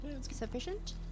sufficient